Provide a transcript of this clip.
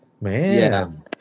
man